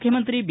ಮುಖ್ಯಮಂತ್ರಿ ಬಿ